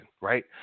right